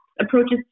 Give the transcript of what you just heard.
approaches